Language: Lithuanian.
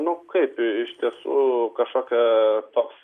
nu kaip iš tiesų kažkokia toks